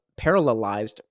parallelized